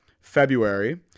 february